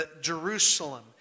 Jerusalem